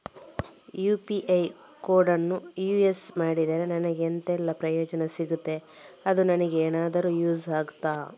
UPI ಕೋಡನ್ನು use ಮಾಡಿದ್ರೆ ನನಗೆ ಎಂಥೆಲ್ಲಾ ಪ್ರಯೋಜನ ಸಿಗ್ತದೆ, ಅದು ನನಗೆ ಎನಾದರೂ ಯೂಸ್ ಆಗ್ತದಾ?